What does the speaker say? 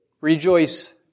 Rejoice